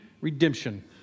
redemption